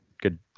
good